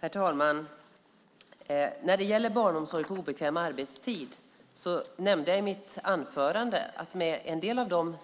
Herr talman! När det gäller barnomsorg på obekväm arbetstid nämnde jag i mitt anförande att det med en del av de